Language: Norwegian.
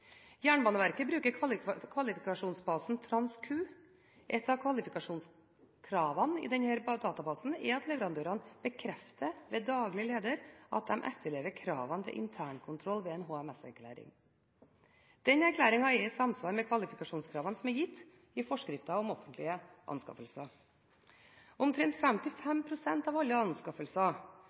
Jernbaneverket bruker kvalifikasjonsbasen TransQ. Et av kvalifikasjonskravene i denne databasen er at leverandørene bekrefter ved daglig leder at de etterlever kravene til internkontroll, ved en HMS-erklæring. Denne erklæringen er i samsvar med kvalifikasjonskravene som er gitt i forskrift om offentlige anskaffelser. Omtrent 55 pst. av alle anskaffelser